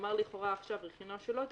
כלומר לכאורה עכשיו רכינוע שאינו תקני,